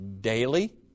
daily